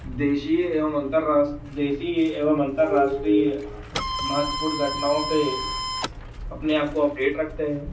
देशीय एवं अन्तर्रास देशीय एवं अन्तर्राष्ट्रीय महत्वपूर्ण घटनाओं से अपने आपको अपडेट रखते हैं